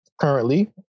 currently